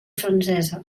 francesa